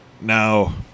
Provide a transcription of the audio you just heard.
now